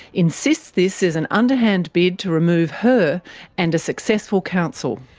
insists this is an underhand bid to remove her and a successful council.